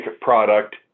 product